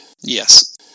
Yes